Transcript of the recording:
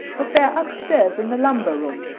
but they're upstairs in the lumber room.